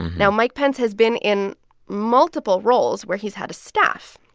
now, mike pence has been in multiple roles where he's had a staff,